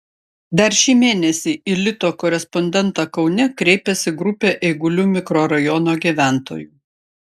dar šį mėnesį į lito korespondentą kaune kreipėsi grupė eigulių mikrorajono gyventojų